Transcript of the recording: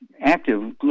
active